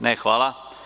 Ne, hvala.